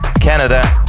Canada